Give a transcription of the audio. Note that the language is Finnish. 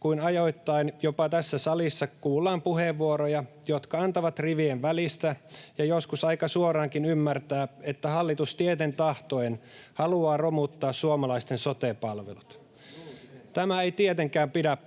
kuin ajoittain jopa tässä salissa kuullaan puheenvuoroja, jotka antavat rivien välistä ja joskus aika suoraankin ymmärtää, että hallitus tieten tahtoen haluaa romuttaa suomalaisten sote-palvelut. [Vasemmalta: